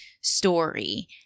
story